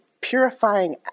purifying